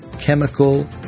chemical